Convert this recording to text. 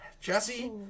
Jesse